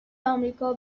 آمریکا